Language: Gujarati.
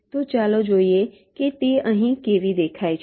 તો ચાલો જોઈએ કે તે અહીં કેવી દેખાય છે